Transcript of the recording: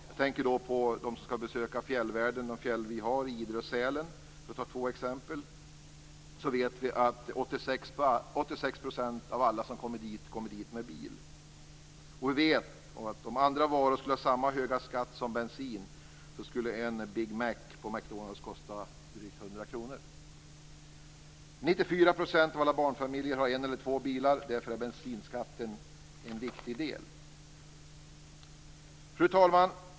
Jag tänker på dem som skall besöka fjällvärlden, t.ex. de fjäll vi har i Idre och Sälen. Vi vet att 86 % av alla som kommer dit, kommer dit med bil. Vi vet också att om andra varor skulle ha samma höga skatt som bensin skulle en Big Mac på McDonalds kosta drygt 100 kr. 94 % av alla barnfamiljer har en eller två bilar, och därför är bensinskatten en viktig del. Fru talman!